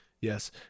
Yes